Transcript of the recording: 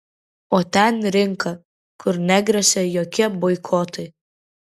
o ten rinka kur negresia jokie boikotai